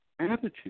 attitude